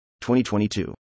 2022